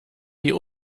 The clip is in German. die